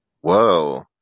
Whoa